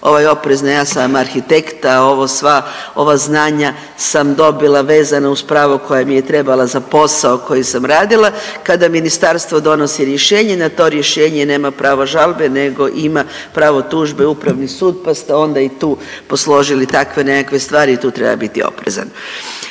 ovaj oprezna, ja sam vam arhitekta ovo sva ova znanja sam dobila vezan uz pravo koja mi je trebala za posao koji sam radila, kada ministarstvo donosi rješenje na to rješenje nema pravo žalbe nego ima pravo tužbe Upravni sud, pa ste onda i tu posložili takve nekakve stvari i tu treba biti oprezan.